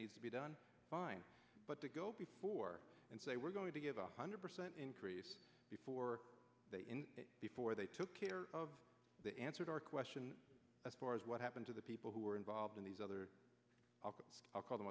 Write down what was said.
needs to be done fine but to go before and say we're going to give a hundred percent increase before before they took care of the answer to our question as far as what happened to the people who are involved in these other i'll call them